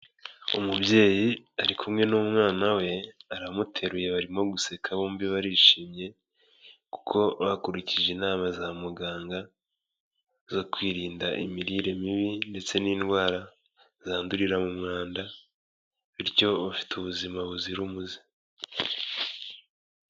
Umubyeyi ari kumwe n'umwana we aramuteruye barimo guseka bombi barishimye kuko bakurikije inama za muganga zo kwirinda imirire mibi ndetse n'indwara zandurira mu mwanda bityo bafite ubuzima buzira umuze.